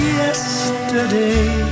yesterday